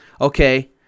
okay